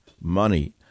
money